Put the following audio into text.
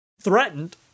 threatened